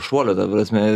šuolio prasme